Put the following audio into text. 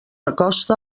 acosta